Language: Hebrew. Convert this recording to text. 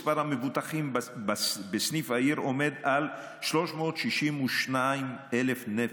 מספר המבוטחים בסניף העיר עומד על 362,000 נפש.